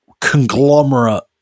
conglomerate